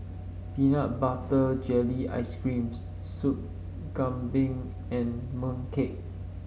Peanut Butter Jelly Ice cream Soup Kambing and mooncake